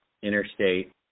Interstate